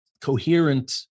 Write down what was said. coherent